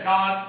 God